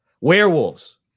Werewolves